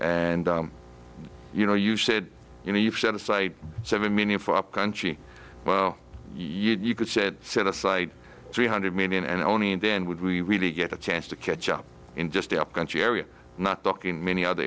and you know you said you know you've set aside seven million for upcountry well you could set set aside three hundred million and only then would we really get a chance to catch up in just up country area not talking many other